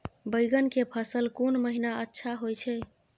बैंगन के फसल कोन महिना अच्छा होय छै?